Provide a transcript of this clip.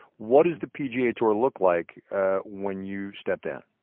what does the pga tour look like when you step down?